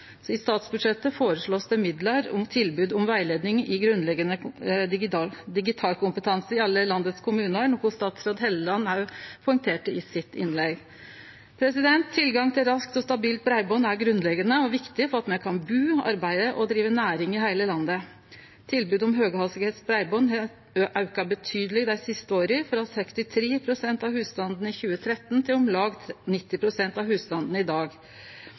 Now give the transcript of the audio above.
I statsbudsjettet føreslår ein midlar til tilbod om rettleiing i grunnleggjande digital kompetanse i alle landets kommunar, noko statsråd Hofstad Helleland òg poengterte i innlegget sitt. Tilgang til raskt og stabilt breiband er grunnleggjande og viktig for at me kan bu, arbeide og drive næring i heile landet. Tilbodet om høghastigheitsbreiband har auka betydeleg dei siste åra, frå 63 pst. av husstandane i 2013 til om lag 90 pst. av husstandane i dag.